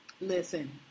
Listen